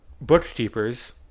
bookkeepers